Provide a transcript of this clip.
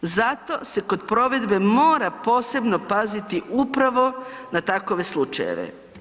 Zato se kod provedbe mora posebno paziti upravo na takove slučajeve.